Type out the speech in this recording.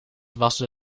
waste